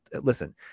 Listen